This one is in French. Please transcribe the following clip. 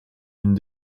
une